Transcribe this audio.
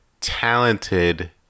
talented